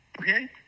okay